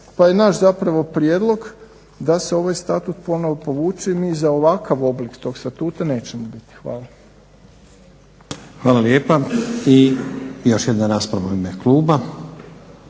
Pa je zapravo naš prijedlog da se ovaj Statut ponovno povuče jer mi za ovakav oblik tog Statuta nećemo biti. Hvala. **Stazić, Nenad (SDP)** Hvala lijepa. I još jedna rasprava u ime kluba